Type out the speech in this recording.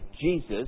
Jesus